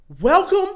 welcome